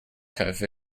cafe